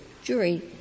Jury